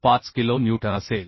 125 kilo newton असेल